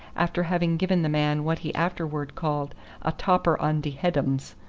after having given the man what he afterwards called a topper on de headums.